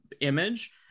image